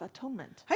Atonement